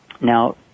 Now